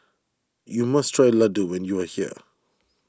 you must try Laddu when you are here